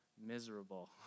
miserable